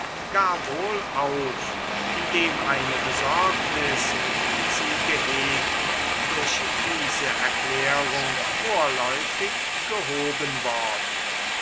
gar wohl auf indem eine besorgnis die sie gehegt durch diese erklärung vorläufig gehoben worden